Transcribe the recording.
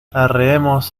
arreemos